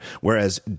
Whereas